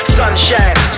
sunshine